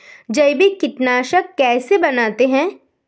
जैविक कीटनाशक कैसे बनाते हैं?